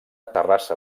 terrassa